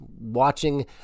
watching